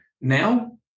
now